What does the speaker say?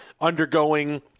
undergoing